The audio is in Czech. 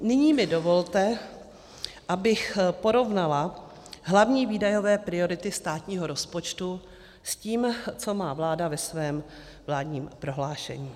Nyní mi dovolte, abych porovnala hlavní výdajové priority státního rozpočtu s tím, co má vláda ve svém vládním prohlášení.